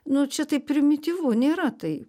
nu čia taip primityvu nėra tai